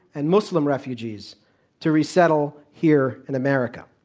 and muslim refugees to resettle here in america.